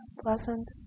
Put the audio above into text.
pleasant